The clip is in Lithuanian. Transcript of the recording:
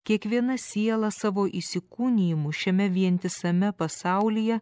kiekviena siela savo įsikūnijimu šiame vientisame pasaulyje